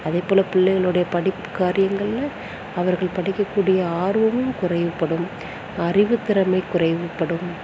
அதேபோல் பிள்ளைகளோடைய படிப்பு காரியங்களில் அவர்கள் படிக்கக்கூடிய ஆர்வமும் குறைப்படும் அறிவுத்திறமை குறைப்படும்